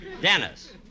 Dennis